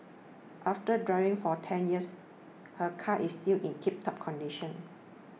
after driving for ten years her car is still in tiptop condition